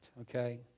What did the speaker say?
okay